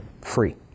free